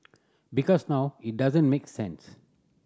because now it doesn't make sense